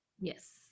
yes